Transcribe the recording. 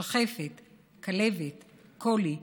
שחפת, כלבת, קולי,